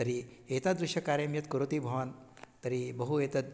तर्हि एतादृशकार्यं यत् करोति भवान् तर्हि बहु एतत्